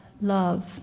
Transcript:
love